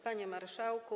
Panie Marszałku!